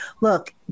look